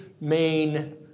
main